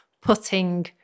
putting